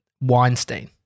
Weinstein